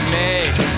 make